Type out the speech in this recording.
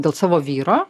dėl savo vyro